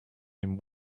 him